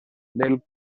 del